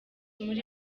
muri